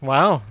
Wow